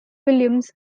williams